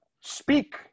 speak